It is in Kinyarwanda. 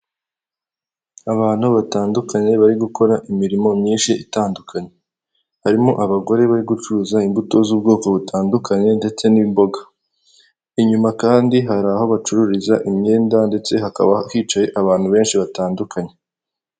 Abantu batandukanye bari gukora imirimo myinshi itandukanye harimo abagore bari gucuruza imbuto z'ubwoko butandukanye ndetse n'imboga, inyuma kandi hari aho bacururiza imyenda ndetse hakaba hicaye abantu benshi batandukanye.